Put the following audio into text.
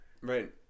right